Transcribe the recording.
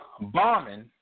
Bombing